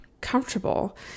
comfortable